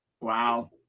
Wow